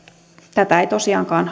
tätä ei tosiaankaan